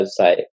website